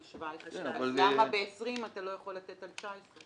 17 אז למה ב-20 אתה לא יכול לתת על 19?